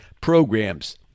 programs